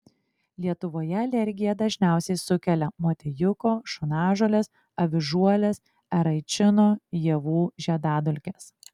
lietuvoje alergiją dažniausiai sukelia motiejuko šunažolės avižuolės eraičino javų žiedadulkės